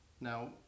Now